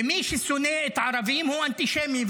ומי ששונא את הערבים הוא אנטישמי,